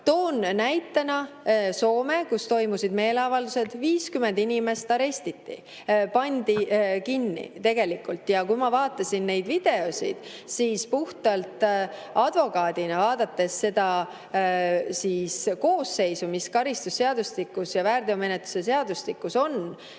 näitena Soome, kus ka toimusid meeleavaldused: 50 inimest arreteeriti, pandi kinni tegelikult. Ja kui ma vaatasin neid videoid puhtalt advokaadina ja lähtudes koosseisudest, mis karistusseadustikus ja väärteomenetluse seadustikus on,